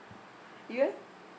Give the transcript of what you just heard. you eh